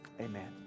amen